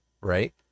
right